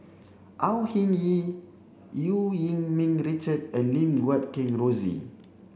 Au Hing Yee Eu Yee Ming Richard and Lim Guat Kheng Rosie